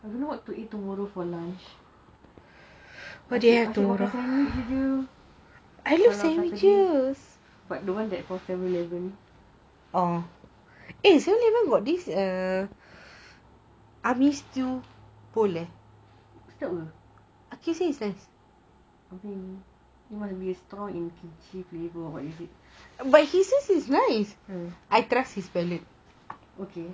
I don't know what to eat tomorrow for lunch asyik-asyik makan sandwiches but the one from seven eleven stew apa I mean it must be strong in kimchi flavour